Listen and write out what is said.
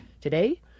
Today